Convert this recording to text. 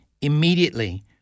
immediately